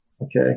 Okay